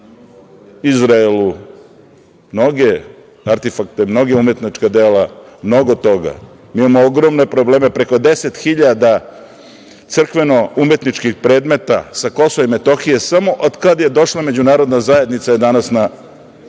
Izraelu mnoge artifakte, mnoga umetnička dela, mnogo toga. Mi imamo ogromne probleme, preko 10.000 crkveno-umetničkih predmeta sa Kosova i Metohije samo od kad je došla međunarodna zajednica danas na